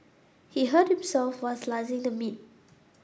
he hurt himself while slicing the meat